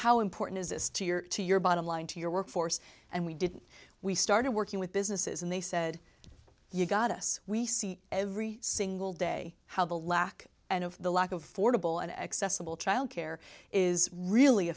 how important is this to your to your bottom line to your workforce and we did we started working with businesses and they said you've got us we see every single day how the lack of the lack of fordable and accessible childcare is really